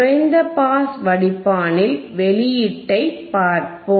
குறைந்த பாஸ் வடிப்பானில் வெளியீட்டைப் பார்ப்போம்